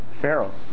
Pharaoh